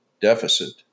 deficit